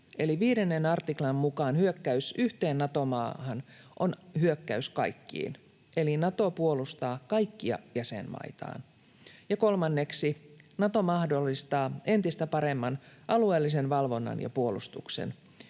viidennen artiklan mukaan hyökkäys yhteen Nato-maahan on hyökkäys kaikkiin, eli Nato puolustaa kaikkia jäsenmaitaan. Ja kolmanneksi: Nato mahdollistaa entistä paremman alueellisen valvonnan ja puolustuksen,